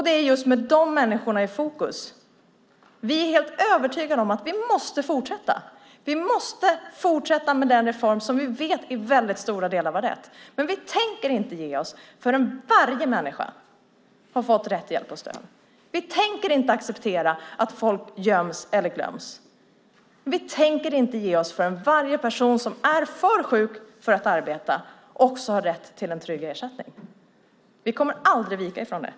Det är just med de människorna i fokus vi är helt övertygade om att vi måste fortsätta. Vi måste fortsätta med den reform som vi vet i väldigt stora delar var rätt. Men vi tänker inte ge oss förrän varje människa har fått rätt hjälp och stöd. Vi tänker inte acceptera att människor göms eller glöms bort. Vi tänker inte ge oss förrän varje person som är för sjuk för att arbeta också har rätt till en trygg ersättning. Vi kommer aldrig att vika från detta.